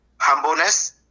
Humbleness